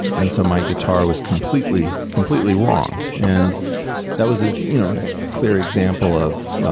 and so my guitar was completely completely wrong. and that was a you know clear example of,